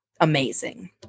amazing